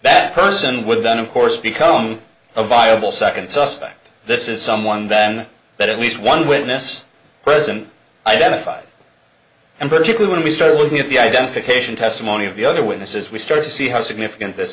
that person would then of course become a viable second suspect this is someone then that at least one witness present identified and vertically when we start looking at the identification testimony of the other witnesses we start to see how significant this